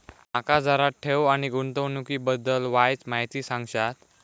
माका जरा ठेव आणि गुंतवणूकी बद्दल वायचं माहिती सांगशात?